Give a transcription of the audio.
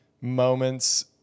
moments